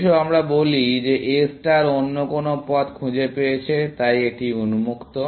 এসো আমরা বলি যে A ষ্টার অন্য কোনো পথ খুঁজে পেয়েছে তাই এটি উন্মুক্ত